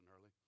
early